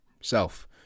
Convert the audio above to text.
self